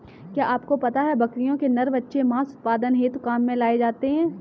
क्या आपको पता है बकरियों के नर बच्चे मांस उत्पादन हेतु काम में लाए जाते है?